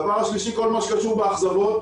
דבר שלישי, כל מה שקשור באכזבות